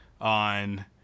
on